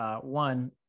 One